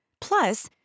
Plus